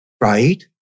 right